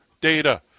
data